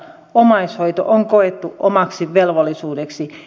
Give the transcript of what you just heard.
omaishoito on koettu omaksi velvollisuudeksi